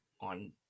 on